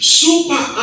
super